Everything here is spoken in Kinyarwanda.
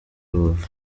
rubavu